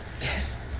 yes